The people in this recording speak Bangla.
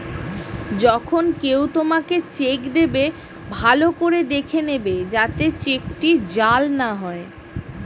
যখন কেউ তোমাকে চেক দেবে, ভালো করে দেখে নেবে যাতে চেকটি জাল না হয়